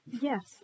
yes